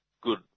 good